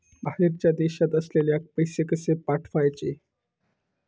बाहेरच्या देशात असलेल्याक पैसे कसे पाठवचे?